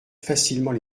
facilement